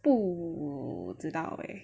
不知道诶